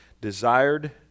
desired